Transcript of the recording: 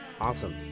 Awesome